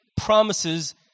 promises